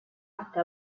que